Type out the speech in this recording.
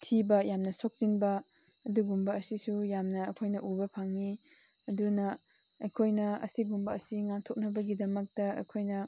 ꯊꯤꯕ ꯌꯥꯝꯅ ꯁꯣꯛꯆꯤꯟꯕ ꯑꯗꯨꯒꯨꯝꯕ ꯑꯁꯤꯁꯨ ꯌꯥꯝꯅ ꯑꯩꯈꯣꯏꯅ ꯎꯕ ꯐꯪꯉꯤ ꯑꯗꯨꯅ ꯑꯩꯈꯣꯏꯅ ꯑꯁꯤꯒꯨꯝꯕ ꯑꯁꯤ ꯉꯥꯛꯊꯣꯛꯅꯕꯒꯤꯗꯃꯛꯇ ꯑꯩꯈꯣꯏꯅ